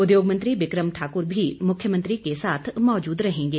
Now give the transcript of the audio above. उद्योग मंत्री विक्रम ठाक्र भी मुख्यमंत्री के साथ मौजूद रहेंगे